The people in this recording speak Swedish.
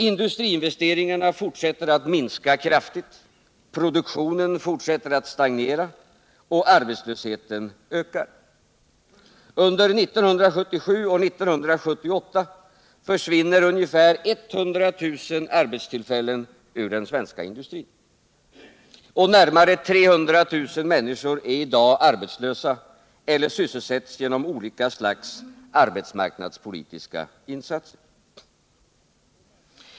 Industriinvesteringarna fortsätter att minska kraftigt, produktionen fortsätter att stagnera, och arbetslösheten ökar. Under 1977 och 1978 försvinner ungefär 100 000 arbetstillfällen ur den svenska industrin. Och närmare 300 000 människor är i dag arbetslösa eller sysselsätts genom olika slags arbetsmarknadspolitiska insatser.